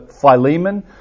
Philemon